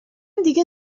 دیگه